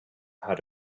how